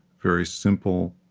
very simple,